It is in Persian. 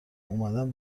اومدم